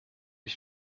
ich